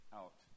out